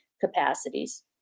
capacities